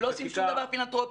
הם לא עושים שום דבר פילנטרופי.